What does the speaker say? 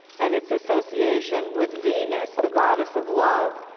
and it's association with venus, the goddess of love,